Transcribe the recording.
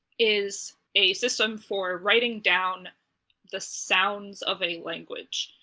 is a system for writing down the sounds of a language,